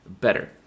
Better